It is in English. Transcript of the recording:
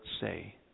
say